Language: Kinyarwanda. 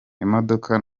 imodoka